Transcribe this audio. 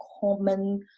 common